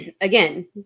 Again